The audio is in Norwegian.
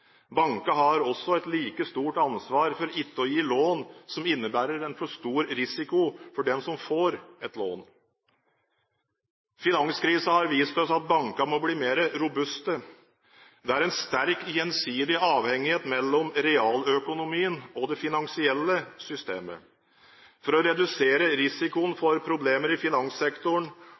har også et like stort ansvar for ikke å gi lån som innebærer en for stor risiko for den som får lånet. Finanskrisen har vist oss at bankene må bli mer robuste. Det er en sterk gjensidig avhengighet mellom realøkonomien og det finansielle systemet. For å redusere risikoen for problemer i finanssektoren